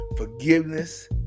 Forgiveness